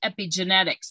epigenetics